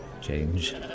change